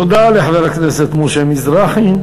תודה לחבר הכנסת משה מזרחי.